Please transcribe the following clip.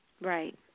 Right